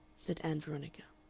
said ann veronica.